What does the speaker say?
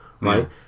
Right